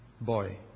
boy